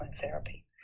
therapy